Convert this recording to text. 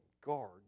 guard